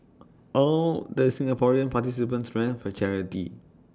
all the Singaporean participants ran for charity